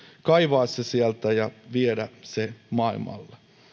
kaivaa se sieltä ja viedä se maailmalle